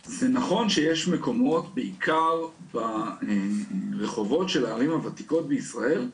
זה נכון שיש מקומות בעיקר ברחובות של הערים הוותיקות של ישראל,